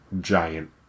giant